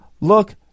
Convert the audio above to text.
look